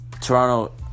Toronto